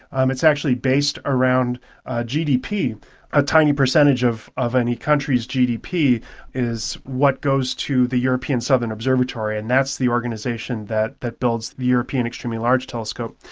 um it's actually based around gdp a tiny percentage of of any country's gdp is what goes to the european southern observatory, and that the organisation that that builds the european extremely large telescope.